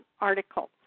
article